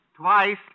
twice